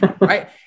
Right